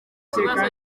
kibazo